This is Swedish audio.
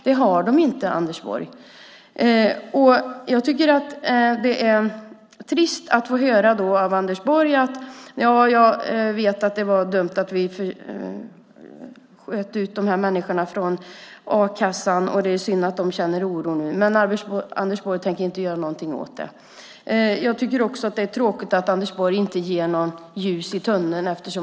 Det har de inte, Anders Borg. Jag tycker att det är trist att få höra Anders Borg säga: Jag vet att det var dumt att vi sköt ut de här människorna från a-kassan, och det är synd att de känner oro nu, men jag tänker inte göra någonting åt det. Jag tycker också att det är tråkigt att Anders Borg inte ger något ljus i tunneln.